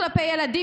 הגזענות